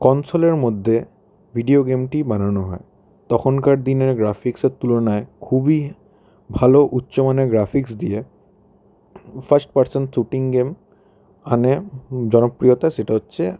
কনসলের মধ্যে ভিডিও গেমটি বানানো হয় তখনকার দিনের গ্রাফিক্সের তুলনায় খুবই ভালো উচ্চমানের গ্রাফিক্স দিয়ে ফার্স্ট পার্সেন শুটিং গেম আগে জনপ্রিয়তা সেটা হচ্ছে